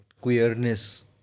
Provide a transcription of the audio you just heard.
queerness